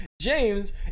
James